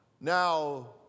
now